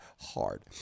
hard